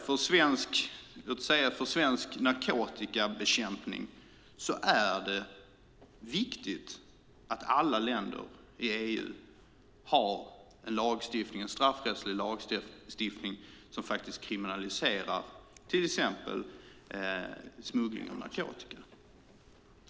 För svensk narkotikabekämpning är det viktigt att alla länder i EU har en straffrättslig lagstiftning som kriminaliserar till exempel smuggling av narkotika.